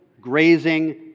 grazing